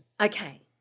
Okay